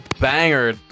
banger